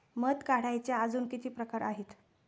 मध काढायचे अजून किती प्रकार आहेत?